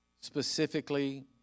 Specifically